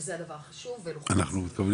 שזה הדבר החשוב --- תתכנסי,